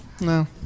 No